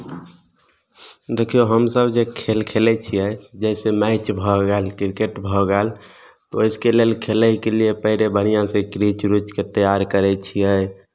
देखियौ हमसभ जे खेल खेलै छियै जैसे मैच भऽ गेल क्रिकेट भऽ गेल तऽ ओहिके लिए खेलयके लिए पहिले बढ़िआँसँ क्रिच उरिचके तैयार करै छियै